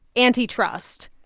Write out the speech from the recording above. antitrust.